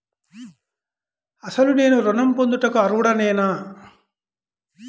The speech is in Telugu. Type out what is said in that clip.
అసలు నేను ఋణం పొందుటకు అర్హుడనేన?